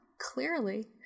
clearly